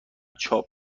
چاپ